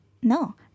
No